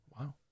Wow